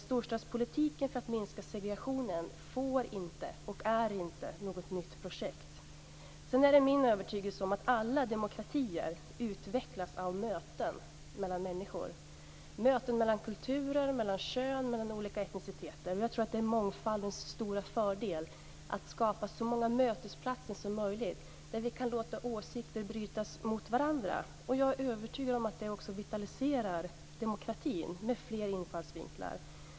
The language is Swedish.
Storstadspolitiken för att minska segregationen är inte något nytt projekt. Det är min övertygelse att alla demokratier utvecklas av möten mellan människor - möten mellan kulturer, mellan könen och mellan olika etniciteter. Jag tror det är mångfaldens stora fördel att skapa så många mötesplatser som möjligt där vi kan låta åsikter brytas mot varandra. Jag är övertygad om att fler infallsvinklar också vitaliserar demokratin.